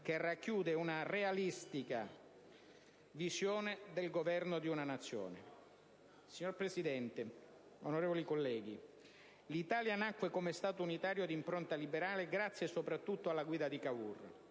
che racchiude una realistica visione del governo di una Nazione. Signor Presidente, onorevoli colleghi, l'Italia nacque come Stato unitario di impronta liberale, grazie soprattutto alla guida di Cavour,